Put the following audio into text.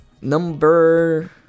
Number